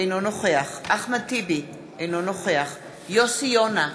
אינו נוכח אחמד טיבי, אינו נוכח יוסי יונה,